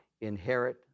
inherit